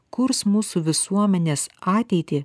kurs mūsų visuomenės ateitį